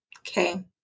okay